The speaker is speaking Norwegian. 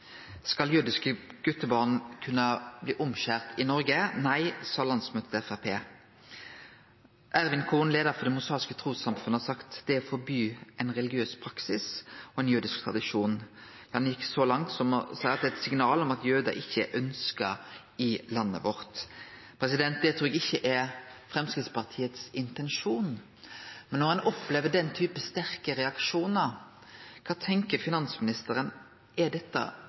Skal jødiske gutebarn kunne bli omskorne i Noreg? – Nei, sa landsmøtet i Framstegspartiet. Ervin Kohn, leiar for det mosaiske trussamfunnet, har sagt at det er å forby ein religiøs praksis og ein jødisk tradisjon. Han gjekk så langt som å seie at det er eit signal om at jødar ikkje er ønskt i landet vårt. Det trur eg ikkje er Framstegspartiets intensjon. Men når ein opplever slike sterke reaksjonar, vil eg spørje: Kva tenkjer finansministeren? Er dette